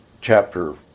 chapter